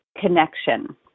connection